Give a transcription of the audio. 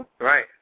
Right